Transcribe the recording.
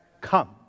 come